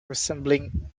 resembling